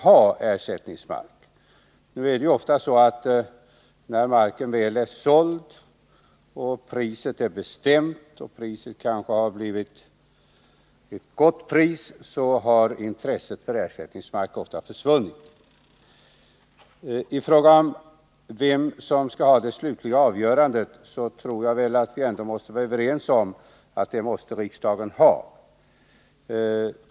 Det är emellertid ofta så att när marken väl är såld och det bestämda priset kanske har blivit ett gott sådant, så har intresset för ersättningsmark försvunnit. I fråga om vem som skall ha det slutliga avgörandet tror jag att vi måste vara överens om att det måste riksdagen ha.